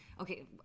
okay